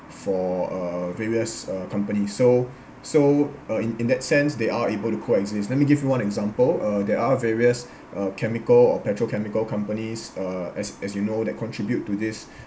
for uh various uh company so so uh in in that sense they are able to coexist let me give you one example uh there are various uh chemical or petrochemical companies uh as as you know that contribute to this